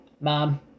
mom